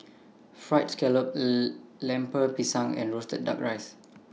Fried Scallop Lemper Pisang and Roasted Duck rices